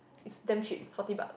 it's damn cheap forty bucks